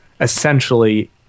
essentially